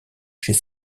chez